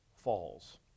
Falls